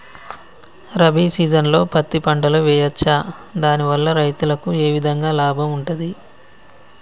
రబీ సీజన్లో పత్తి పంటలు వేయచ్చా దాని వల్ల రైతులకు ఏ విధంగా లాభం ఉంటది?